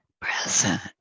present